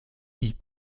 die